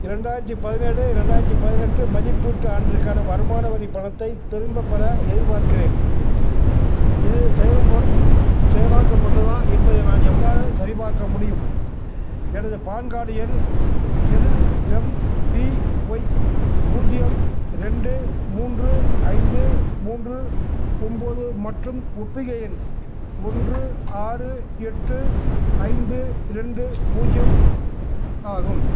இரண்டாயிரத்தி பதினேழு ரெண்டாயிரத்தி பதினெட்டு மதிப்பீட்டு ஆண்டிற்கான வருமான வரிப் பணத்தைத் திரும்பப்பெற எதிர்பார்க்கிறேன் இது செயல் செயலாக்கப்பட்டதா என்பதை நான் எவ்வாறு சரிபார்க்க முடியும் எனது பான் கார்டு எண் எல்எம்பிஒய் பூஜ்ஜியம் ரெண்டு மூன்று ஐந்து மூன்று ஒம்பது மற்றும் ஒப்புகை எண் ஒன்று ஆறு எட்டு ஐந்து ரெண்டு பூஜ்ஜியம் ஆகும்